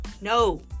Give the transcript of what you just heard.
no